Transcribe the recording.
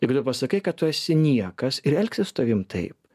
jeigu tu pasakai kad tu esi niekas ir elgsis su tavim taip